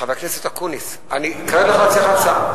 חבר הכנסת אקוניס, אני הולך להציע לך הצעה.